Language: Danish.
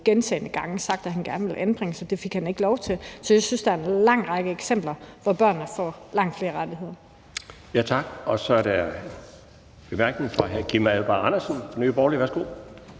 gentagne gange havde sagt, at han gerne ville anbringes, og det fik han ikke lov til. Så jeg synes, at der er en lang række eksempler på, at børnene får langt flere rettigheder.